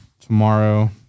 tomorrow